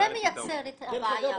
זה מייצר את הבעיה.